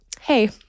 hey